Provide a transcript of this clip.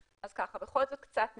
בכל זאת קצת נתונים.